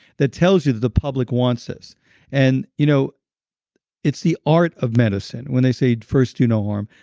that tells you that the public wants this and you know it's the art of medicine. when they say first do no harm,